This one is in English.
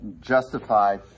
justified